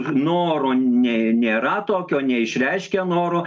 noro nė nėra tokio neišreiškia noro